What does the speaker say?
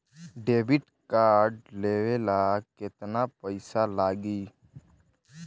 Debit card लेवे ला केतना पईसा लागी?